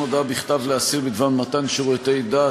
הודעה בכתב לאסיר בדבר מתן שירותי דת),